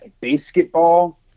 basketball